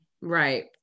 Right